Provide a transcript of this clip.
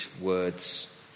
words